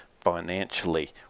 financially